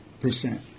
percent